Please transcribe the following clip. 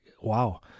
wow